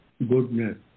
goodness